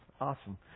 awesome